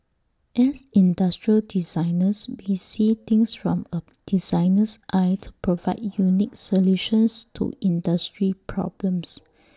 as industrial designers we see things from A designer's eye to provide unique solutions to industry problems